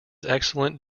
excellent